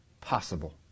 possible